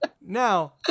Now